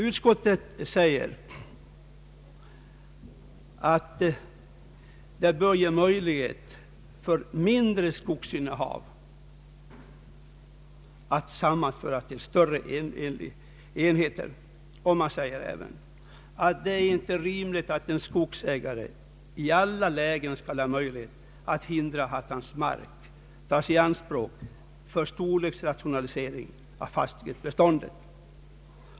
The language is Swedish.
Utskottet anför att det bör skapas möjligheter att sammanföra mindre skogsinnehav till större enheter. Utskottet säger vidare att det inte är rimligt att en skogsägare i alla lägen skall ha möjlighet att hindra att hans mark tas i anspråk för storleksrationalisering av fastighetsbeståndet.